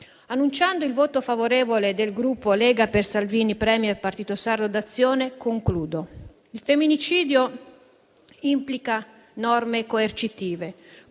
Annunciando il voto favorevole del Gruppo Lega Salvini Premier-Partito Sardo d'Azione, concludo dicendo che il femminicidio implica norme coercitive,